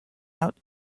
out